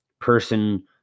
person